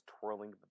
twirling